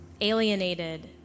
alienated